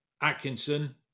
Atkinson